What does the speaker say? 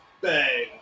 Bang